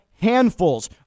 handfuls